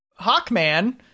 Hawkman